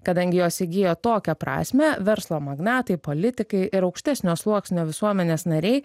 kadangi jos įgijo tokią prasmę verslo magnatai politikai ir aukštesnio sluoksnio visuomenės nariai